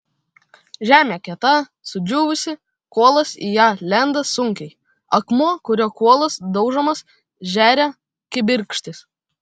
žemė kieta sudžiūvusi kuolas į ją lenda sunkiai akmuo kuriuo kuolas daužomas žeria kibirkštis